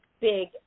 big